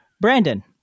Brandon